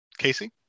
casey